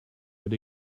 but